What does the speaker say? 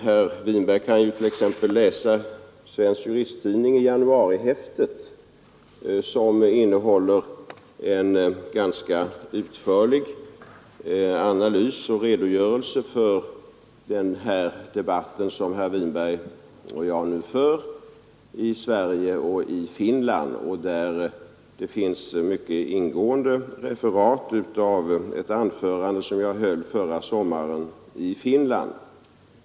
Herr Winberg kan t.ex. läsa januarihäftet av Svensk Juristtidning, som innehåller en ganska utförlig analys av och redogörelse för debatten i Finland av den frågeställning som herr Winberg och jag nu debatterar. Där finns bl.a. ett mycket ingående referat av ett anförande som jag höll förra sommaren i Finland.